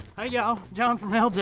hey ya'll jon from